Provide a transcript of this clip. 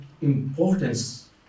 importance